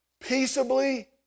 peaceably